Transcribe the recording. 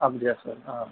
அப்படியா சார் ஆ